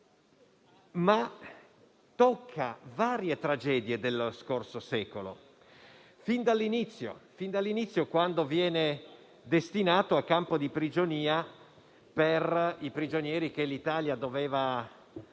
tocca varie tragedie dello scorso secolo, fin dall'inizio, quando viene destinato a campo di prigionia per i prigionieri che l'Italia avrebbe